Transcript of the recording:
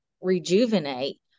rejuvenate